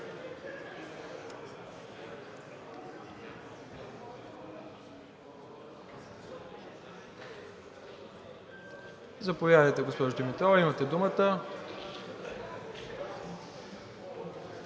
Заповядайте, господин Дилов, имате думата.